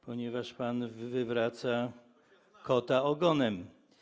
ponieważ pan odwraca kota ogonem.